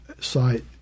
site